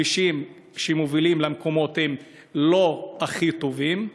הכבישים שמובילים למקומות הם לא הכי טובים,